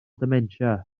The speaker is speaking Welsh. dementia